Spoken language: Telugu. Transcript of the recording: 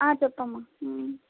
చెప్పమ్మ